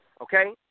okay